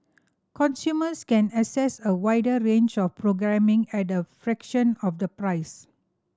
consumers can access a wider range of programming at a fraction of the price